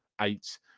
eight